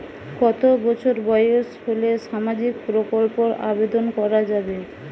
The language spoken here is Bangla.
কত বছর বয়স হলে সামাজিক প্রকল্পর আবেদন করযাবে?